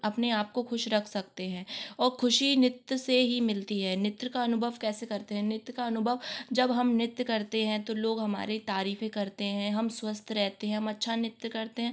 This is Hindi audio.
अपने आप को खुश रख सकते हैं औ खुशी नृत्य से ही मिलती है नृत्य का अनुभव कैसे करते हैं नृत्य का अनुभव जब हम नृत्य करते हैं तो लोग हमारे तारीफे़ करते हैं हम स्वस्थ रहते हैं हम अच्छा नृत्य करते हैं